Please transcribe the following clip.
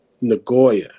Nagoya